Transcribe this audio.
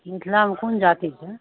मिथिलामे कोन जाति छै